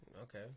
Okay